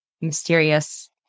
mysterious